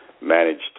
managed